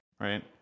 right